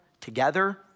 together